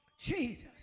Jesus